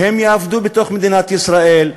והם יעבדו בתוך מדינת ישראל,